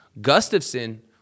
Gustafson